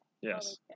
Yes